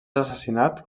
assassinat